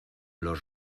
los